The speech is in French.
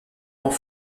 grand